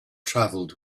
travelled